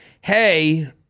hey